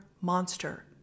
Monster